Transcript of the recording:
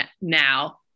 now